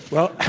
well,